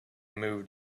moved